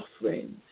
suffering